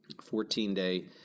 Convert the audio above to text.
14-day